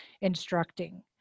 instructing